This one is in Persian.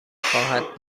خواهد